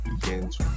begins